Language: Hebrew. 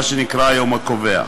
מה שנקרא "היום הקובע".